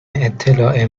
اطلاع